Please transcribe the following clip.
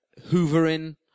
hoovering